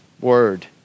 Word